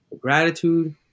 Gratitude